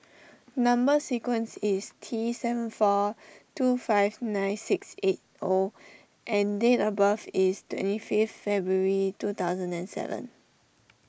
Number Sequence is T seven four two five nine six eight O and date of birth is twenty fifth February two thousand and seven